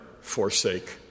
forsake